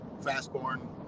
Fast-born